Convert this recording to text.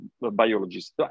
biologists